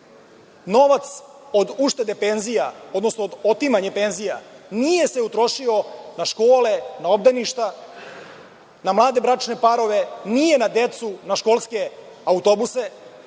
Novac od uštede penzija, odnosno od otimanja penzija, nije se utrošio na škole, na obdaništa, na mlade bračne parove, nije na decu, na školske autobuse,